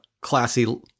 classy